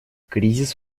кризис